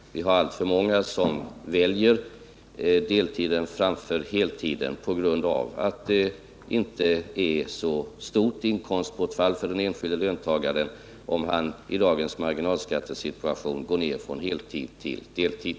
Vi har alltför många som väljer deltiden framför heltiden, på grund av att det inte är så stort inkomstbortfall för den enskilde löntagaren om han i dagens marginalskattesituation går ned från heltid till deltid.